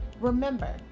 Remember